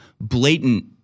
blatant